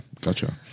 gotcha